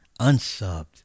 Unsubbed